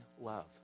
love